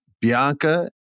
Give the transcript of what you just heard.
Bianca